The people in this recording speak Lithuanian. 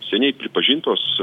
seniai pripažintos